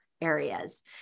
areas